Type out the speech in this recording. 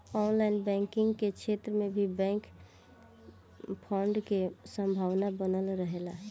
online banking के क्षेत्र में भी बैंक फ्रॉड के संभावना बनल रहेला